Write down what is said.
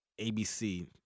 ABC